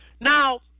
Now